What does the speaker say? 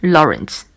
Lawrence